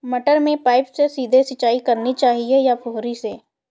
मटर में पाइप से सीधे सिंचाई करनी चाहिए या फुहरी से?